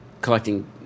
Collecting